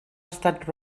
estat